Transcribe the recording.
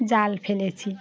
জাল ফেলেছি